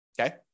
Okay